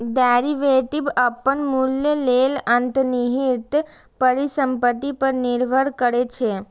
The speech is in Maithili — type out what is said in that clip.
डेरिवेटिव अपन मूल्य लेल अंतर्निहित परिसंपत्ति पर निर्भर करै छै